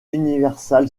universal